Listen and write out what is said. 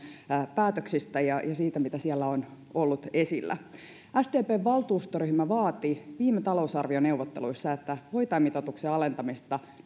päätöksistä ja siitä mitä siellä on ollut esillä sdpn valtuustoryhmä vaati viime talousarvioneuvotteluissa että hoitajamitoituksen alentamista